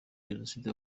jenoside